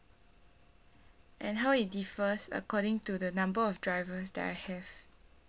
and how it differs according to the number of drivers that I have